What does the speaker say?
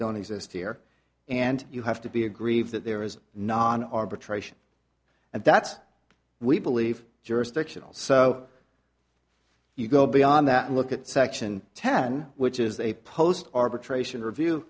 don't exist here and you have to be aggrieved that there is not an arbitration and that's we believe jurisdictional so you go beyond that look at section ten which is a post arbitration review